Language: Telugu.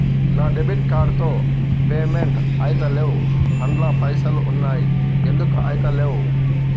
నా డెబిట్ కార్డ్ తో పేమెంట్ ఐతలేవ్ అండ్ల పైసల్ ఉన్నయి ఎందుకు ఐతలేవ్?